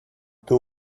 two